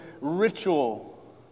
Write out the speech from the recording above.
ritual